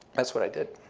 that's what i did.